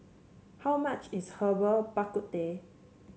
how much is Herbal Bak Ku Teh